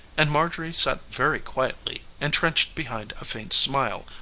and marjorie sat very quietly, intrenched behind a faint smile,